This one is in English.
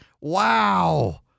Wow